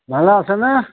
ভাল আছে নে